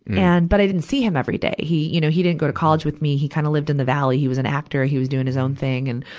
and, but i didn't see him every day. he, you know, he didn't go to college with me. he kind of lived in the valley. he was an actor. he was doing his own thing. and,